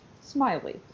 Smiley